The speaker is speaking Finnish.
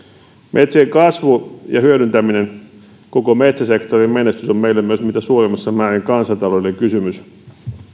metsien kasvu ja hyödyntäminen koko metsäsektorin menestys on meille myös mitä suurimmassa määrin kansantaloudellinen kysymys